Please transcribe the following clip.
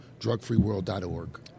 Drugfreeworld.org